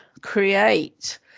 create